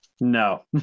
No